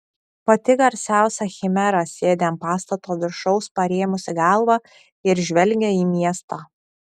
pati garsiausia chimera sėdi ant pastato viršaus parėmusi galvą ir žvelgia į miestą